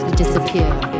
disappear